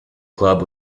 club